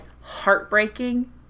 heartbreaking